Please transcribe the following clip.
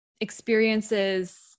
experiences